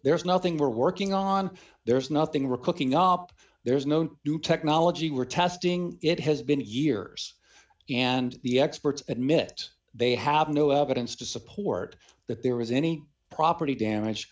there's nothing we're working on there's nothing rick looking up there's known new technology we're testing it has been eight years and the experts admit they have no evidence to support that there was any property damage